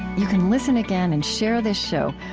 you can listen again and share this show,